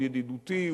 מאוד ידידותי,